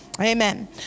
Amen